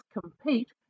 compete